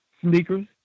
sneakers